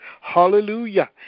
Hallelujah